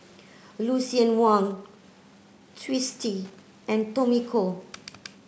Lucien Wang Twisstii and Tommy Koh